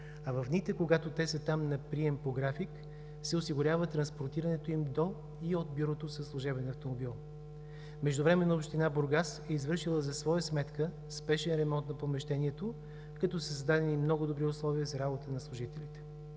а в дните, когато те са там на прием по график, се осигурява транспортирането им до и от Бюрото със служебен автомобил. Междувременно община Бургас е извършила за своя сметка спешен ремонт на помещението, като са създадени много добри условия за работа на служителите.